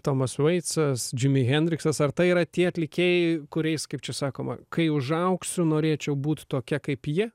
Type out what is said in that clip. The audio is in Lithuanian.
tomas vaicas džimi hendriksas ar tai yra tie atlikėjai kuriais kaip čia sakoma kai užaugsiu norėčiau būt tokia kaip ji